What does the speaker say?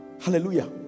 Hallelujah